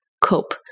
cope